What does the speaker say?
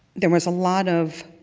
there was a lot of